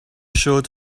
showed